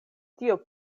tio